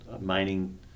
mining